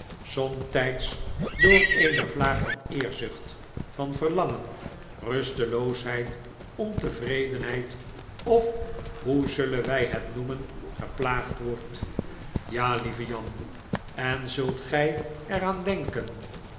somtijds door eene vlaag van eerzucht van verlangen rusteloosheid ontevredenheid of hoe zullen wy het noemen geplaagd wordt ja lieve jan en zult gg er aan denken